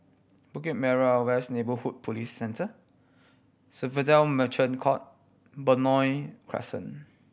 Bukit Merah West Neighbourhood Police Centre Swissotel Merchant Court Benoi Crescent